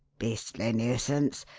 beastly nuisance.